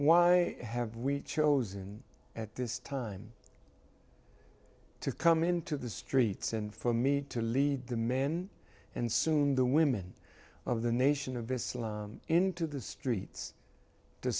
why have we chosen at this time to come into the streets and for me to lead the men and soon the women of the nation of islam into the streets to